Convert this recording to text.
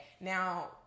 Now